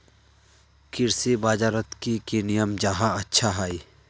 कृषि बाजार बजारोत की की नियम जाहा अच्छा हाई?